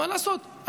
מה לעשות,